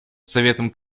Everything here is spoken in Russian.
советом